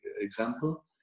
example